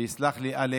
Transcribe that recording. ויסלח לי אלכס,